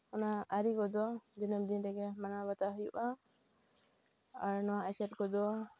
ᱚᱱᱟ ᱟᱹᱨᱤ ᱠᱚᱫᱚ ᱫᱤᱱᱟᱹᱢ ᱫᱤᱱ ᱨᱮᱜᱮ ᱢᱟᱱᱟᱣ ᱵᱟᱛᱟᱣ ᱦᱩᱭᱩᱜᱼᱟ ᱟᱨ ᱱᱚᱣᱟ ᱮᱥᱮᱨ ᱠᱚᱫᱚ